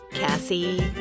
Cassie